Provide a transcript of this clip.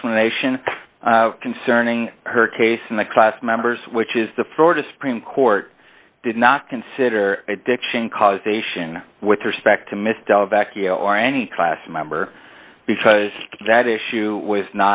explanation concerning her case in the class members which is the florida supreme court did not consider addiction causation with respect to mr or any class member because that issue w